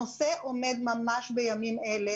הנושא עומד ממש בימים אלה,